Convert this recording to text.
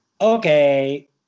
okay